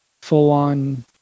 full-on